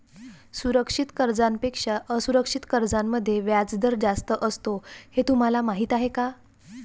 सुरक्षित कर्जांपेक्षा असुरक्षित कर्जांमध्ये व्याजदर जास्त असतो हे तुम्हाला माहीत आहे का?